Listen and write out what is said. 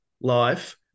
life